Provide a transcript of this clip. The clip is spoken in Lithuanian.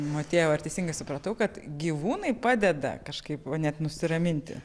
motiejau ar teisingai supratau kad gyvūnai padeda kažkaip va net nusiraminti